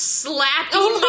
slapping